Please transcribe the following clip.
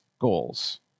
goals